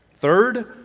Third